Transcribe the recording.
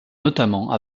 notamment